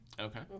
Okay